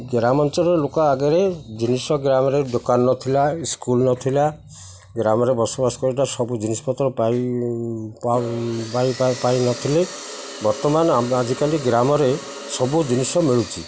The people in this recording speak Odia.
ଗ୍ରାମାଞ୍ଚଳରେ ଲୋକ ଆଗରେ ଜିନିଷ ଗ୍ରାମରେ ଦୋକାନ ନଥିଲା ସ୍କୁଲ୍ ନଥିଲା ଗ୍ରାମରେ ବସବାସ କରିବାଟା ସବୁ ଜିନିଷପତ୍ର ପାଇ ପାଇନଥିଲେ ବର୍ତ୍ତମାନ ଆଜିକାଲି ଗ୍ରାମରେ ସବୁ ଜିନିଷ ମିଳୁଛି